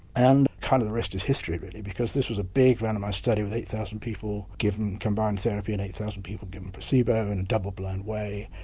and kind of the rest is history really because this was a big randomised study with eight thousand people given combined therapy and eight thousand people given placebo in a double blind way.